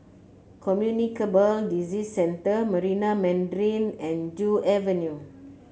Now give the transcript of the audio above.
Communicable Disease Center Marina Mandarin and Joo Avenue